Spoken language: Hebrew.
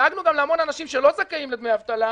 דאגנו גם להמון אנשים שלא זכאים לדמי אבטלה,